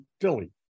Philly